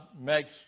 makes